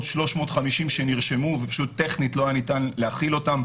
350 שנרשמו וטכנית לא היה ניתן להכיל אותם,